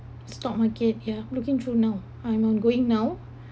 stock market ya looking through now I'm I'm going now